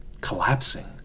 collapsing